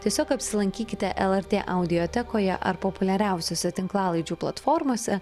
tiesiog apsilankykite lrt audiotekoje ar populiariausiose tinklalaidžių platformose